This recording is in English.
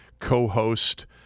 co-host